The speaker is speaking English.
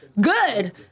good